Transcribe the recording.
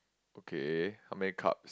okay how many cups